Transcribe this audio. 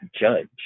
judge